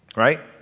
alright?